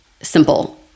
simple